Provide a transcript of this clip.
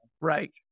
right